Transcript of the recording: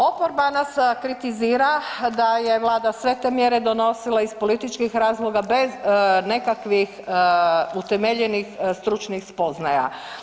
Oporba nas kritizira da je Vlada sve te mjere donosila iz političkih razloga bez nekakvih utemeljenih stručnih spoznaja.